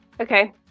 Okay